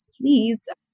please